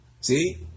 See